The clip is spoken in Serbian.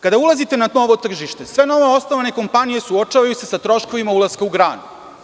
Kada ulazite na novo tržište, sve novoosnovane kompanije suočavaju se sa troškovima ulaska u granu.